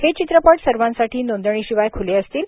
हे चित्रपट सर्वांसाठी नोंदणीशिवाय खूले असतील